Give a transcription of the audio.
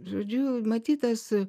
žodžiu matytas